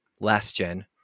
last-gen